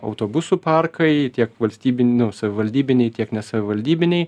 autobusų parkai tiek valstybi nu savivaldybiniai tiek nesavivaldybiniai